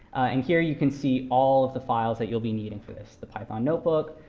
and here you can see all of the files that you'll be needing for this. the python notebook,